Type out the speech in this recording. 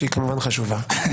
שהיא כמובן חשובה,